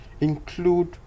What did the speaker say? include